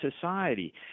society